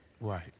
Right